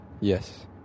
Yes